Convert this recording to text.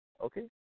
okay